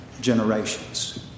generations